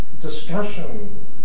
discussion